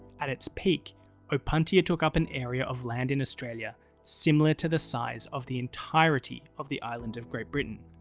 at its peak opuntia took up an area of land in australia similar to the size of the entirety of the island of great britain.